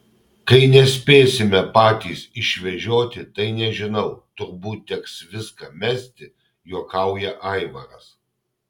kai nespėsime patys išvežioti tai nežinau turbūt teks viską mesti juokauja aivaras